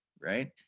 right